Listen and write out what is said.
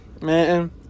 Man